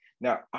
Now